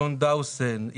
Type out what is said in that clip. שון דאוסון,